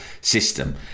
system